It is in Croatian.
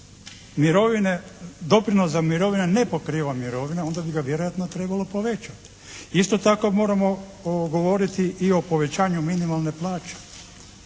doprinos za mirovine ne pokriva mirovine onda bi ga vjerojatno trebalo povećati. Isto tako moramo govoriti i o povećanju minimalne plaće,